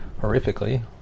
Horrifically